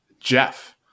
Jeff